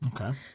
Okay